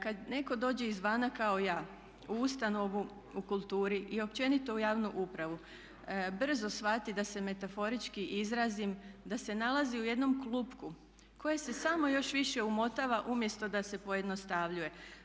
Kada netko dođe izvana kao ja u ustanovu u kulturi i općenito u javnu upravu brzo shvati da se metaforički izrazim da se nalazi u jednom klupku koje se samo još više umotava umjesto da se pojednostavljuje.